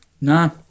no